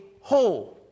whole